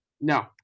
No